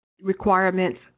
requirements